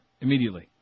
immediately